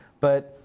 but,